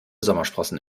sommersprossen